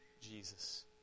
Jesus